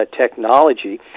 technology